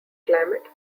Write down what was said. climate